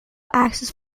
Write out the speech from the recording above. access